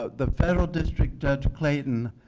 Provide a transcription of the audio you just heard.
ah the federal district judge, clayton,